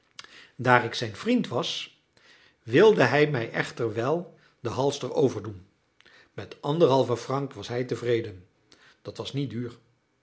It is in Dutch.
daar ik zijn vriend was wilde hij mij echter wel den halster overdoen met anderhalven franc was hij tevreden dat was niet duur